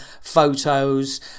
photos